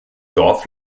dorf